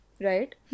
right